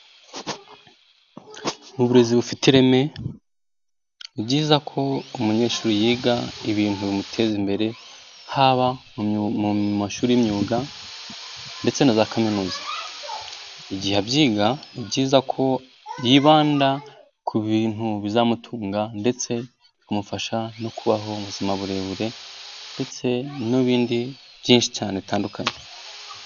Mu burezi bufite ireme ni byiza ko umunyeshuri yiga ibintu bimuteza imbere, haba mu mashuri y'imyuga ndetse na za kaminuza. Igihe abyiga ni byiza ko yibanda ku bintu bizamutunga ndetse bikamufasha no kubaho ubuzima burebure ndetse n'ibindi byinshi cyane bitandukanye.